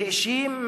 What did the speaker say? האשים,